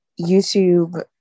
YouTube